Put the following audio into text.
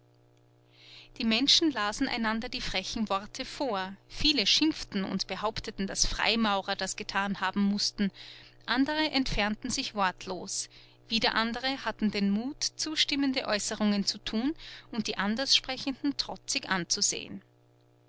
die menschen lasen einander die frechen worte vor viele schimpften und behaupteten daß freimaurer das getan haben mußten andere entfernten sich wortlos wieder andere hatten den mut zustimmende aeußerungen zu tun und die anderssprechenden trotzig anzusehen